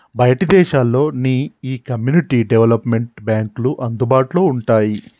బయటి దేశాల్లో నీ ఈ కమ్యూనిటీ డెవలప్మెంట్ బాంక్లు అందుబాటులో వుంటాయి